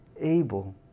able